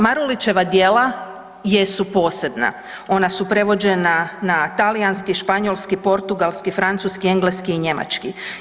Marulićeva djela jesu posebna, ona su prevođena na talijanski, španjolski, portugalski, francuski, engleski i njemački.